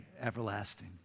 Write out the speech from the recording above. everlasting